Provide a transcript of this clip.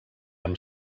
amb